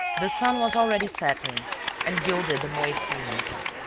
the sun was already setting and gilded the moist leaves.